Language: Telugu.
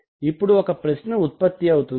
ఇప్పుడు ఒక ప్రశ్న ఉత్పన్నమవుతుంది